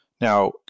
Now